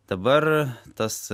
dabar tas